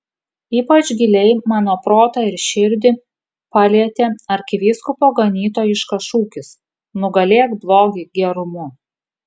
ypač giliai mano protą ir širdį palietė arkivyskupo ganytojiškas šūkis nugalėk blogį gerumu